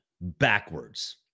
backwards